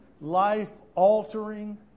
life-altering